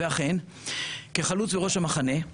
ולכן, כחלוץ ראש המחנה,